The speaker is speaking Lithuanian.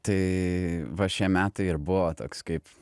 tai va šie metai ir buvo toks kaip